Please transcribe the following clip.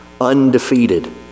undefeated